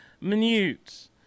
minutes